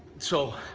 so,